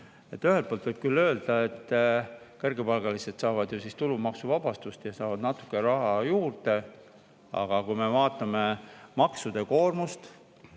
poolt võib küll öelda, et kõrgepalgalised saavad ju tulumaksuvabastust ja natuke raha juurde. Aga vaatame maksude koormust,